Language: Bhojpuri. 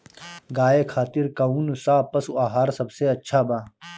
गाय खातिर कउन सा पशु आहार सबसे अच्छा बा?